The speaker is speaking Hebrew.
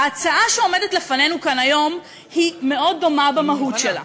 ההצעה שעומדת לפנינו כאן היום היא מאוד דומה במהות שלה.